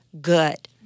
good